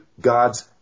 God's